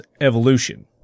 Evolution